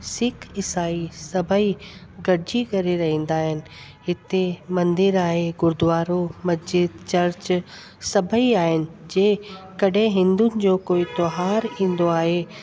सिख ईसाई सभई गॾजी करे रहंदा आहिनि हिते मंदरु आए गुरुद्वारो मस्जिद चर्च सभई आहिनि जे कॾहिं हिंदुन जो कोई त्योहारु ईंदो आहे